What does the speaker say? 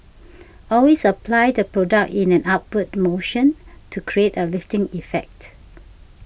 always apply the product in an upward motion to create a lifting effect